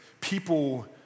people